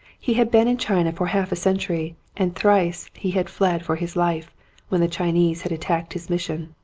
he had been in china for half a century and thrice he had fled for his life when the chinese had attacked his mission.